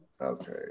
Okay